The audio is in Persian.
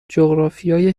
جغرافیای